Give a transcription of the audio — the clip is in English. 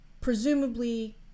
presumably